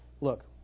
Look